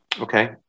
Okay